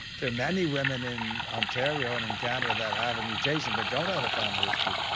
there are many women in ontario and in canada that have a mutation but don't have a family history,